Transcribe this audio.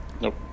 Nope